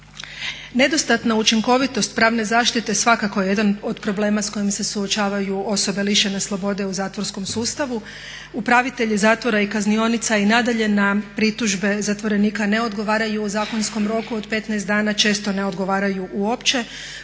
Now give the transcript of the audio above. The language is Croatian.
Nedostatna učinkovitost pravne zaštite svakako je jedan od problema s kojima se suočavaju osobe lišene slobode u zatvorskom sustavu. Upravitelji zatvora i kaznionica i nadalje na pritužbe zatvorenika ne odgovaraju u zakonskom roku od 15 dana, često ne ogovaraju uopće,